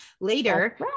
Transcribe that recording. later